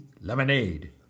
Lemonade